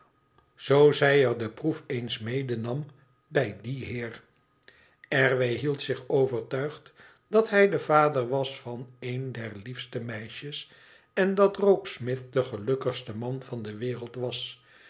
zoo zij er de proef eens mede nam bij dien heer r w hield zich overtuigd dat hij de vader was van een der liefste meisjes en dat rokesmith de gelukkigste man van de wereld was